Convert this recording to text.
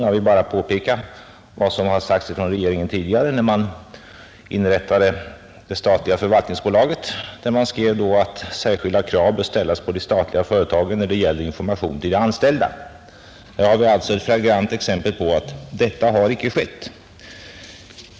Jag vill bara påpeka att det från regeringens håll i samband med inrättandet av det statliga förvaltningsbolaget skrevs att särskilda krav bör ställas på de statliga företagen när det gäller informationen till de anställda. Det inträffade är ett flagrant exempel på att denna regel inte följts.